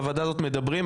בוועדה הזאת מדברים.